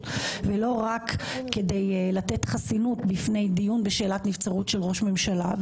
ולא רק כדי לתת חסינות בפני דיון בשאלת נבצרות של ראש ממשלה,